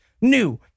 new